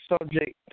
subject